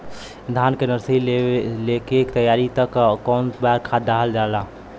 धान के नर्सरी से लेके तैयारी तक कौ बार खाद दहल जाला?